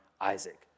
Isaac